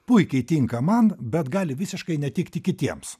puikiai tinka man bet gali visiškai netikti kitiems